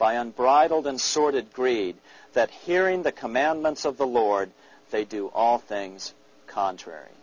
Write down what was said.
by unbridled and sordid greed that here in the commandments of the lord they do all things contrary